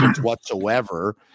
whatsoever